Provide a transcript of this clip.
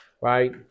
right